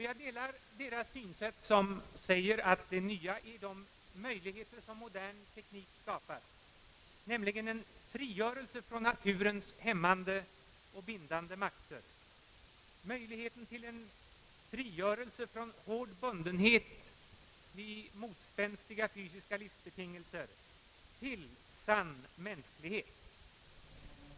Jag delar deras synsätt som säger, att det nya är de möjligheter som modern teknik skapar, nämligen en frigörelse från naturens hämmande och bindande makter, möjligheten till en frigörelse från hård bundenhet vid motspänstiga fysiska livsbetingelser, till sann mänsklighet.